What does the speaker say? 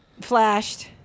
flashed